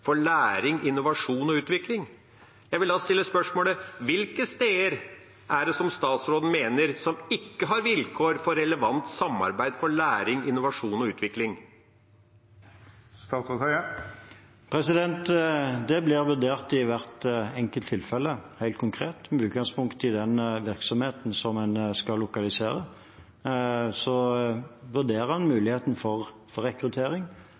for læring, innovasjon og utvikling. Jeg vil da stille spørsmålet: Hvilke steder er det statsråden mener ikke har «vilkår for relevante samarbeid for læring, innovasjon og utvikling? Det blir vurdert i hvert enkelt tilfelle, helt konkret. Med utgangspunkt i den virksomheten som en skal lokalisere, vurderer en muligheten for rekruttering,